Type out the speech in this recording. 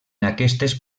aquestes